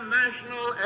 national